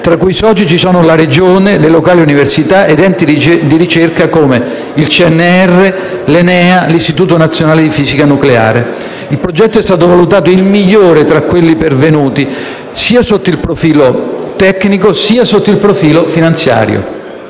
tra i cui soci ci sono la Regione, le locali università ed enti di ricerca come il CNR, l'ENEA, e l'Istituto nazionale di fisica nucleare. Il progetto è stato valutato il migliore tra quelli pervenuti, sotto il profilo sia tecnico che finanziario.